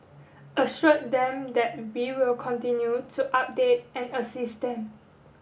assured them that we will continue to update and assist them